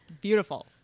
beautiful